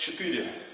be